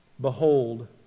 Behold